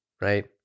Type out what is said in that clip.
right